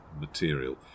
material